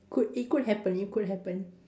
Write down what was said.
could it could happen it could happen